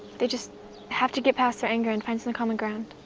they just have to get past their anger and find some common ground.